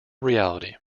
reality